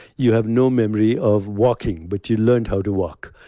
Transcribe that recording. you have no memory of walking, but you learned how to walk.